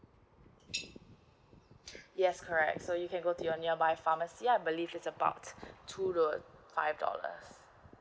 yes correct so you can go to your nearby pharmacy I believe is about two to five dollars